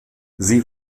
sie